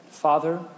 Father